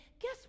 guess